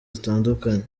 zitandukanye